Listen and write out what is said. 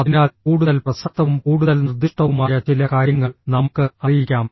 അതിനാൽ കൂടുതൽ പ്രസക്തവും കൂടുതൽ നിർദ്ദിഷ്ടവുമായ ചില കാര്യങ്ങൾ നമുക്ക് അറിയിക്കാം